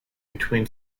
between